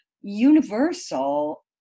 universal